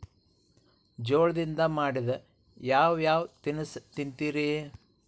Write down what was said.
ಜೋಳದಿಂದ ಮಾಡಿದ ಯಾವ್ ಯಾವ್ ತಿನಸು ತಿಂತಿರಿ?